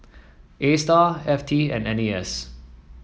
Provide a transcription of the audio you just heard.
Astar F T and N A S